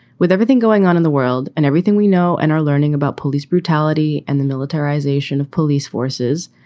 with everything going on in the world and everything we know and are learning about police brutality and the militarization of police forces.